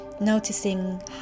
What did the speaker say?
noticing